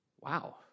Wow